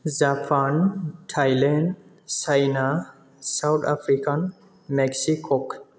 Japan Thailand China South Africa Mexico